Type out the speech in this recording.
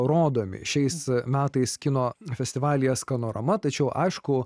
rodomi šiais metais kino festivalyje skanorama tačiau aišku